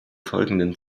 folgenden